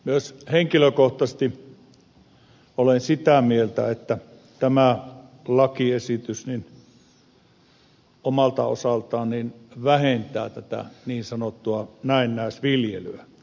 myös henkilökohtaisesti olen sitä mieltä että tämä lakiesitys omalta osaltaan vähentää tätä niin sanottua näennäisviljelyä